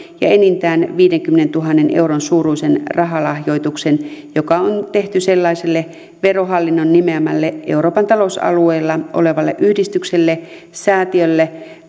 ja enintään viidenkymmenentuhannen euron suuruisen rahalahjoituksen joka on tehty sellaiselle verohallinnon nimeämälle euroopan talousalueella olevalle yhdistykselle säätiölle